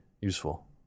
useful